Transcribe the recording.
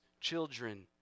children